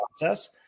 process